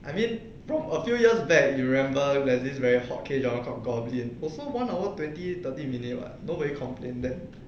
I mean a few years back you remember that this very hot K drama call goblin also one hour twenty thirty minute [what] nobody complain then